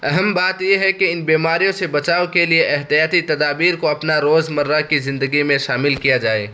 اہم بات یہ ہے کہ ان بیماریوں سے بچاؤ کے لیے احتیاطی تدابیر کو اپنا روزمرہ کی زندگی میں شامل کیا جائے